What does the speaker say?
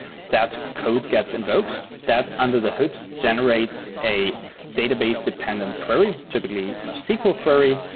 that code gets invokes. that under the hood generates a database dependent query, typically a sql query,